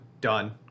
done